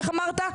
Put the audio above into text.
איך אמרת?